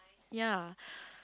ya